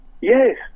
Yes